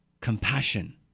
compassion